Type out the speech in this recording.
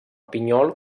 pinyol